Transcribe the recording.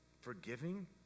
forgiving